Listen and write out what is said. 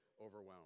overwhelmed